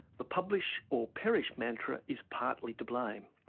the publish or perish mantra is partly to blame.